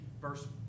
verse